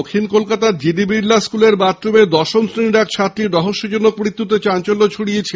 দক্ষিণ কলকাতার জিডি বিড়লা স্কুলের বাথরুমে দশম শ্রেণীর এক ছাত্রীর রহস্যজনক মৃত্যুতে চাঞ্চল্য ছড়িয়েছে